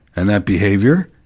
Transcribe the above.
and that behavior,